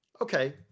okay